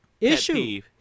issue